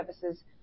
services